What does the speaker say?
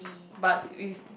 but with